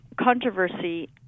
controversy